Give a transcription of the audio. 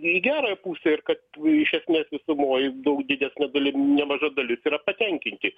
į gerąją pusę ir kad iš esmės visumoj daug didesnė dalim nemaža dalis yra patenkinti